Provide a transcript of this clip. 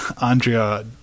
Andrea